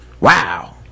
Wow